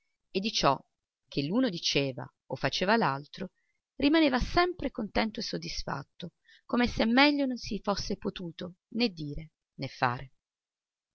e di ciò che l'uno diceva o faceva l'altro rimaneva sempre contento e soddisfatto come se meglio non si fosse potuto né dire né fare